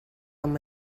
amb